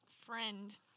friend